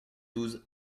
douze